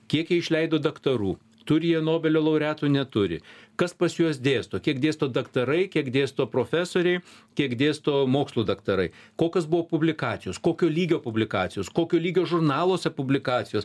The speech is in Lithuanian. kiek jie išleido daktarų turi jie nobelio laureatų neturi kas pas juos dėsto kiek dėsto daktarai kiek dėsto profesoriai kiek dėsto mokslų daktarai kokios buvo publikacijos kokio lygio publikacijos kokio lygio žurnaluose publikacijos